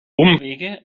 umwege